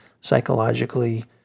psychologically